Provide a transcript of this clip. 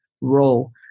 role